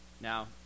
Now